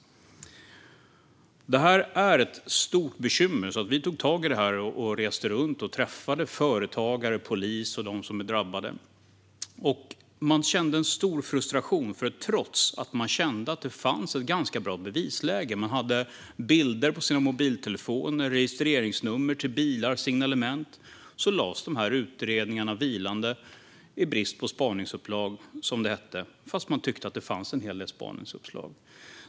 Detta är ett stort bekymmer. Vi tog tag i detta och började resa runt för att träffa företagare, polis och drabbade. Man kände en stor frustration. Trots att man kände att det fanns ett bra bevisläge - det fanns bilder i mobiltelefoner, registreringsnummer till bilar och signalement - lades utredningarna vilande i brist på spaningsuppslag, som det hette, fastän man tyckte att det fanns en hel del spaningsuppslag.